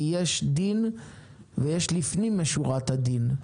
כי יש דין ויש לפנים משורת הדין.